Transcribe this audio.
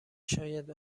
شاید